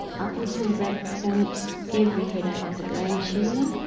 up until that point every headache was a brain tumour,